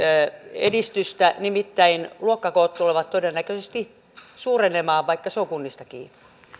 edistystä nimittäin luokkakoot tulevat todennäköisesti suurenemaan vaikka se on kunnista kiinni